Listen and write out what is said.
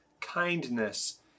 kindness